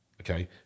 okay